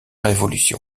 révolution